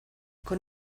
con